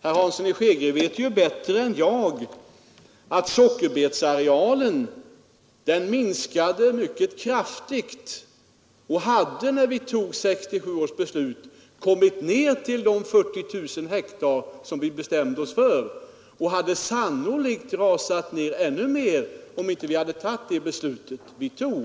Herr Hansson i Skegrie vet ju bättre än jag att sockerbetsodlingen minskade mycket kraftigt. Den hade när vi tog 1967 års beslut kommit ner till de 40 000 hektar som vi bestämde oss för. Siffran hade sannolikt rasat ner ytterligare om vi inte hade tagit det beslut vi tog.